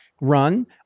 run